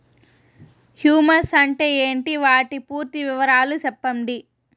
Humus అంటే ఏంటి? వాటి పూర్తి వివరాలు సెప్పండి?